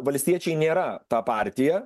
valstiečiai nėra ta partija